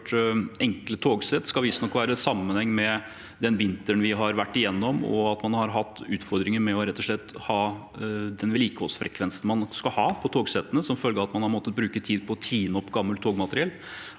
kjørt enkle togsett, skal visstnok ha sammenheng med den vinteren vi har vært igjennom. Man har hatt utfordringer med rett og slett å ha den vedlikeholdsfrekvensen man skal ha på togsettene, som følge av at man har måttet bruke tid på å tine opp gammelt togmateriell.